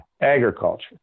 agriculture